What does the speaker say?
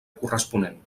corresponent